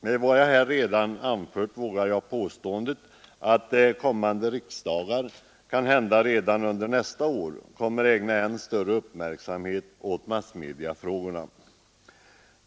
Med vad jag redan anfört vågar jag göra påståendet att kommande riksdagar — kanhända redan under nästa år — kommer att ägna än större uppmärksamhet åt massmediafrågorna.